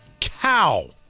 cow